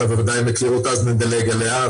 אתה בוודאי מכיר אותה אז נדלג עליה.